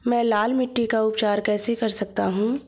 मैं लाल मिट्टी का उपचार कैसे कर सकता हूँ?